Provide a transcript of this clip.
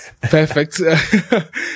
perfect